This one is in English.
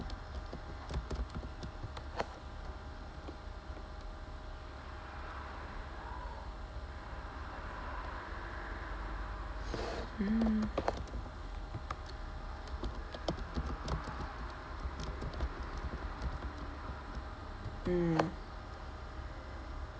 mm mm